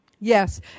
Yes